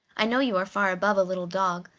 i know you are far above a little dog,